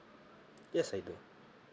yes I do